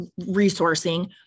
resourcing